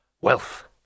wealth